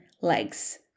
legs